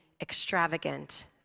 extravagant